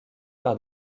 par